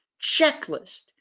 checklist